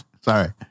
Sorry